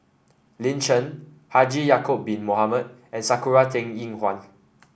Lin Chen Haji Ya'acob Bin Mohamed and Sakura Teng Ying Hua